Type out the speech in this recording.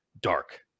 dark